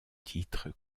titre